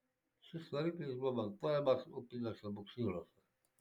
šis variklis buvo montuojamas upiniuose buksyruose